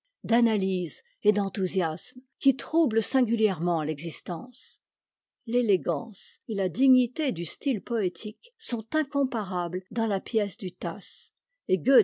d'analyse et d'enthousiasme qui trouble singulièrement l'existence l'élégance et la dignité du style poétique sont incomparables dans la pièce du tasse et